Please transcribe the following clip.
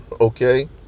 okay